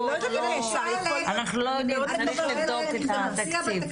צריך לבדוק את התקציב.